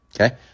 Okay